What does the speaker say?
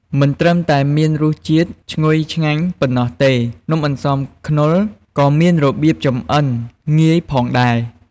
មិនត្រឹមតែមានរសជាតិឈ្ងុយឆ្ងាញ់ប៉ុណ្ណោះទេ នំអន្សមខ្នុរក៏មានរបៀបចម្អិនងាយផងដែរ។